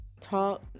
talk